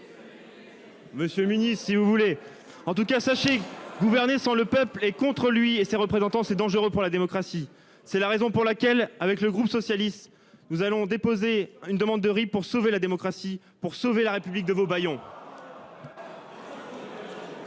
Monsieur si vous voulez en tout cas sachez gouverner sans le peuple et contre lui et ses représentants, c'est dangereux pour la démocratie. C'est la raison pour laquelle, avec le groupe socialiste, nous allons déposer une demande de riz pour sauver la démocratie pour sauver la République de vos bâillon.